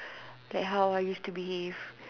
like how I used to behave